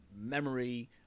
memory